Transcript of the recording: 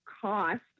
cost